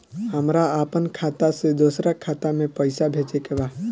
हमरा आपन खाता से दोसरा खाता में पइसा भेजे के बा